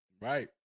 Right